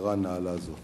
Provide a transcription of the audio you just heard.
למטרה נעלה זו.